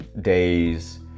days